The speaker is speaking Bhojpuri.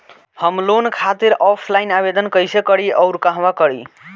हम लोन खातिर ऑफलाइन आवेदन कइसे करि अउर कहवा करी?